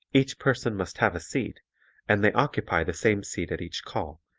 each person must have a seat and they occupy the same seat at each call,